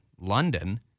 London